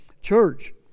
Church